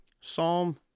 Psalm